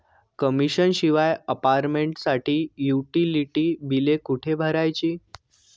Commission शिवाय अपार्टमेंटसाठी utility बिले कुठे भरायची?